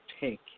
take